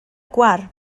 quar